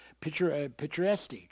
picturesque